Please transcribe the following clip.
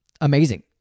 amazing